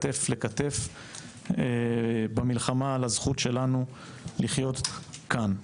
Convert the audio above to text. כתף לכתף במלחמה על הזכות שלנו לחיות כאן.